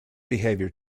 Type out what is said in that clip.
behavior